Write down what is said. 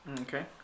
Okay